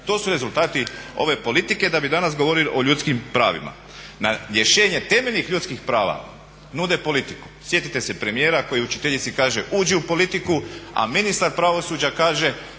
To su rezultati ove politike, da bi danas govorili o ljudskim pravima. Na rješenje temeljnih ljudskih prava nude politiku. Sjetite se premijera koji učiteljici kaže: "Uđi u politiku!", a ministar pravosuđa kaže: